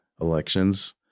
elections